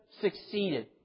succeeded